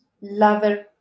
lover